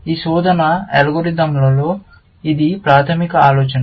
ఈ శోధన అల్గోరిథంలలో ఇది ప్రాథమిక ఆలోచన